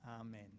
amen